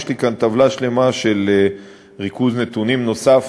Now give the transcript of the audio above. יש לי כאן טבלה שלמה של ריכוז נתונים נוסף